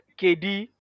KD